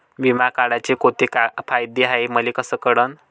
बिमा काढाचे कोंते फायदे हाय मले कस कळन?